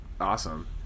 awesome